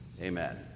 Amen